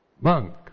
monk